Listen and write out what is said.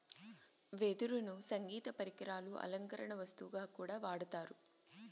వెదురును సంగీత పరికరాలు, అలంకరణ వస్తువుగా కూడా వాడతారు